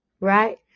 right